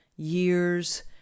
years